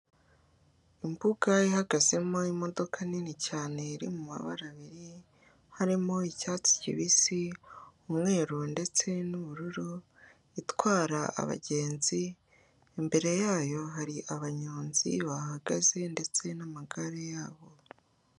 Imbuga ihagazemo imodoka nini cyane iri mu mabara abiri, harimo icyatsi kibisi, umweru ndetse n'ubururu itwara abagenzi, imbere yayo hari abanyonzi bahagaze ndetse n'amagare yabo.